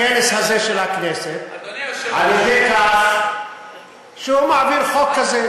בכנס הזה של הכנסת על-ידי כך שהוא מעביר חוק כזה.